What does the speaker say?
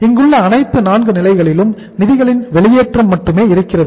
இங்குள்ள அனைத்து நான்கு நிலைகளிலும் நிதிகளின் வெளியேற்றம் மட்டுமே இருக்கிறது